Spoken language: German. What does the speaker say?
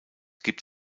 gibt